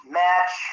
match